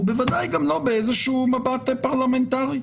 הוא בוודאי גם לא באיזשהו מבט פרלמנטרי.